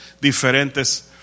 diferentes